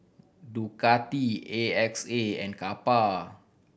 Ducati A X A and Kappa